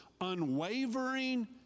unwavering